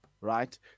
right